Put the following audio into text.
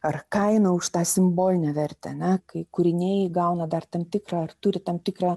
ar kaina už tą simbolinę vertę ane kai kūriniai įgauna dar ten tikrą ar turi tam tikrą